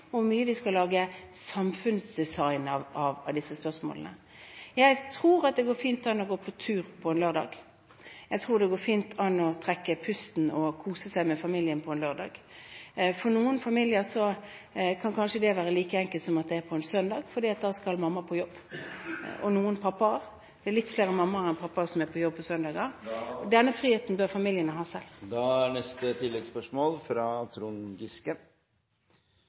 og hvor mye samfunnsdesign man skal lage ut av disse spørsmålene. Jeg tror det fint går an å gå på tur på en lørdag. Jeg tror det fint går an å trekke pusten og kose seg med familien på en lørdag. For noen familier kan dette kanskje være like enkelt som på en søndag, for da skal mamma – og i noen tilfeller pappa – på jobb. Det er litt flere mammaer enn pappaer som er på jobb på søndager. Denne friheten bør familiene selv ha.